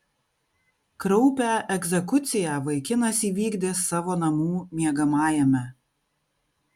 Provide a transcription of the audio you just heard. kraupią egzekuciją vaikinas įvykdė savo namų miegamajame